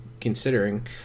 considering